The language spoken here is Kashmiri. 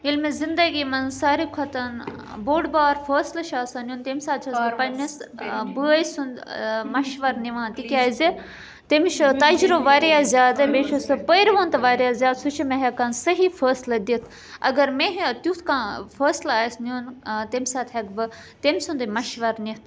ییٚلہِ مےٚ زِندگی منٛز ساروی کھۄتَن بوٚڑ بار فٲصلہٕ چھُ آسان نیُن تمہِ ساتہٕ چھُ بہٕ پَنٛنِس بٲے سُنٛد مَشوَرٕ نِوان تِکیٛازِ تٔمِس چھُ تجرُب واریاہ زیادٕ بیٚیہِ چھُ سُہ پٔرۍ وُن تہِ واریاہ زیادٕ سُہ چھُ مےٚ ہٮ۪کان صحیح فٲصلہٕ دِتھ اگر مےٚ تیُتھ کانٛہہ فٲصلہٕ آسہِ نیُن تمہِ ساتہٕ ہٮ۪کہٕ بہٕ تٔمۍ سُنٛدٕے مَشوَر نِتھ